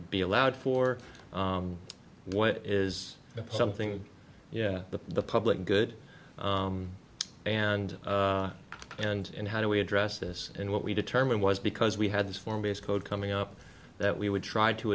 be allowed for what is something yeah the public good and and and how do we address this and what we determined was because we had this form base code coming up that we would try to